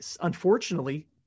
unfortunately